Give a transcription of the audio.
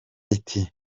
iti